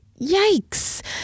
Yikes